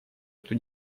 эту